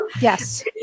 Yes